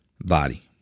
body